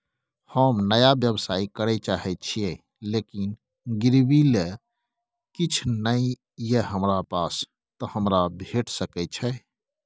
हम नया व्यवसाय करै चाहे छिये लेकिन गिरवी ले किछ नय ये हमरा पास त हमरा भेट सकै छै?